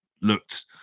looked